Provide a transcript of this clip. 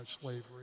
slavery